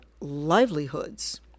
livelihoods